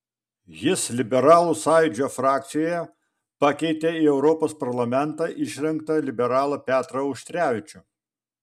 jis liberalų sąjūdžio frakcijoje pakeitė į europos parlamentą išrinktą liberalą petrą auštrevičių